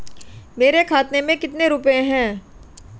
मेरे खाते में कितने रुपये हैं?